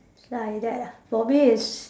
like that ah for me is